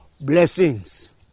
blessings